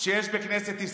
שיש בכנסת ישראל,